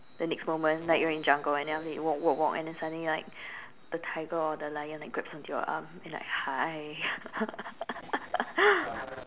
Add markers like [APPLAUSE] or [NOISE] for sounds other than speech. the next moment like you're in jungle and then after you walk walk walk and then suddenly like a tiger or the lion like grabs on to your arm and like hi [LAUGHS]